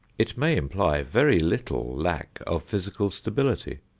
it may imply very little lack of physical stability.